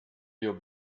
wir